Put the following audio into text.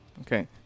Okay